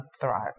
thrive